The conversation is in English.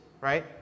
right